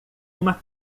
uma